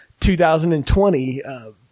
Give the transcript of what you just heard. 2020